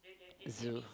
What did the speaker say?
zoo